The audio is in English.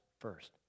first